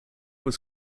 was